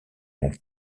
mon